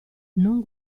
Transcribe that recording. non